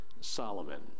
Solomon